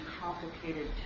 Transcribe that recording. complicated